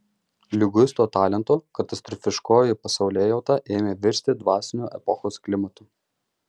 liguisto talento katastrofiškoji pasaulėjauta ėmė virsti dvasiniu epochos klimatu